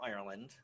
ireland